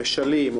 במשלים,